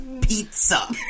Pizza